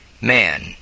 Man